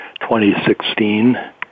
2016